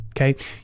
Okay